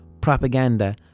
propaganda